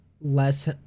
less